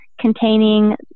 containing